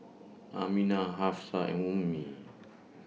Aminah Hafsa and Ummi